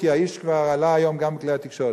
כי האיש כבר עלה היום גם בכלי התקשורת,